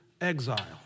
exile